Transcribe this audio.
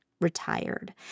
retired